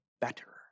better